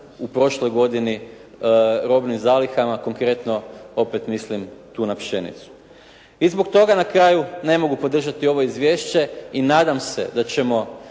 u prošloj godini robnim zalihama, konkretno opet mislim tu na pšenicu. I zbog toga na kraju ne mogu podržati ovo izvješće i nadam se da ćemo,